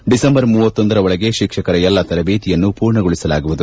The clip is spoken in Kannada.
ಡಿಸೆಂಬರ್ ಖರ ಒಳಗೆ ಶಿಕ್ಷಕರ ಎಲ್ಲಾ ತರಬೇತಿಯನ್ನು ಪೂರ್ಣಗೊಳಿಸಲಾಗುವುದು